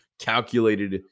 calculated